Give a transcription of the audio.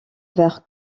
vers